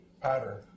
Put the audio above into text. pattern